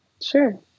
Sure